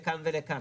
לכאן ולכאן,